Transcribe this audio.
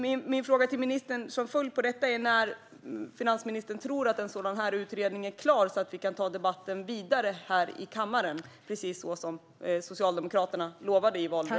Min följdfråga till ministern är: När tror finansministern att utredningen är klar så att vi kan ta debatten vidare i kammaren, precis så som Socialdemokraterna lovade i valrörelsen?